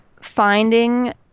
finding